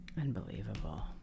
Unbelievable